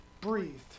breathed